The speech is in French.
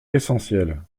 essentiel